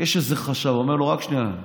יש איזה חשב, אומר לו: רק שנייה,